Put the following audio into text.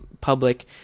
public